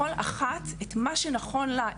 כל אחת את מה שנכון לה.